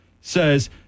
says